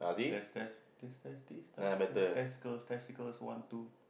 test test test test test test testicles testicles one two